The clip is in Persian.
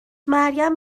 مریم